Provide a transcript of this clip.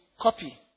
Copy